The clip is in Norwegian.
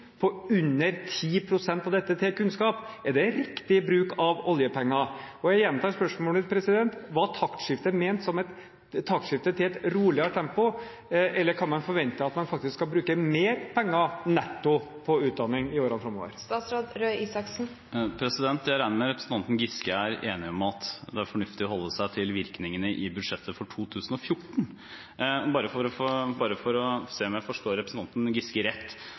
på under 10 pst. av dette til kunnskap. Er det riktig bruk av oljepenger? Jeg gjentar spørsmålet mitt: Var taktskiftet ment som et taktskifte til et roligere tempo, eller kan man forvente at man faktisk skal bruke mer penger netto på utdanning i årene framover? Jeg regner med at representanten Giske er enig i at det er fornuftig å forholde seg til virkningene i budsjettet for 2014. Bare for å se om jeg forstår representanten Giske rett: